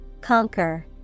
Conquer